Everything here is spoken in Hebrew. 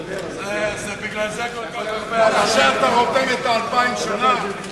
בגלל זה, לזה אתה רותם את ה-2,000 שנה?